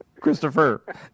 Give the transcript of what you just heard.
Christopher